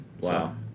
Wow